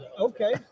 Okay